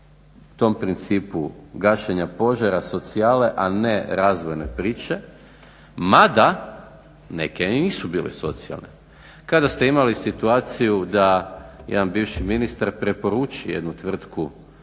tom principu gašenja požara, socijale a ne razvojne priče mada neke i nisu bile socijalne. Kada ste imali situaciju da jedan bivši ministar preporuči jednu tvrtku